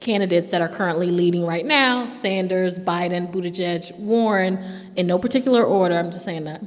candidates that are currently leading right now sanders, biden, buttigieg, warren in no particular order i'm just saying that.